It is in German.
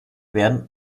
werden